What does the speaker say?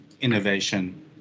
innovation